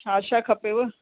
छा छा खपेव